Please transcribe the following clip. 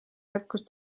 jätkus